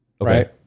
Right